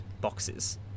boxes